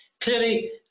clearly